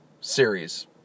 series